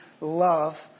love